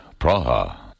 Praha